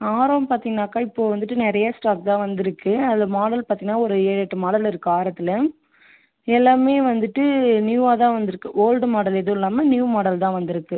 ஆரம் பார்த்திங்கனாக்கா இப்போது வந்துவிட்டு நிறைய ஸ்டாக் தான் வந்திருக்கு அதில் மாடல் பார்த்திங்கனா ஒரு ஏழு எட்டு மாடல் இருக்குது ஆரத்தில் எல்லாமே வந்துவிட்டு நியூவாக தான் வந்திருக்கு ஓல்டு மாடல் எதுவும் இல்லாமல் நியூ மாடல் தான் வந்திருக்கு